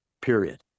period